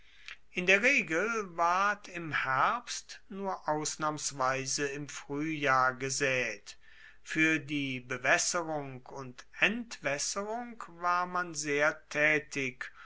in der regel ward im herbst nur ausnahmsweise im fruehjahr gesaet fuer die bewaesserung und entwaesserung war man sehr taetig